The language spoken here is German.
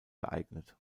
geeignet